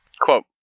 Quote